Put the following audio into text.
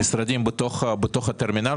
משרדים בתוך הטרמינל?